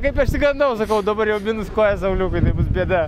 kaip išsigandau sakau dabar jau minus koja sauliukui tai bus bėda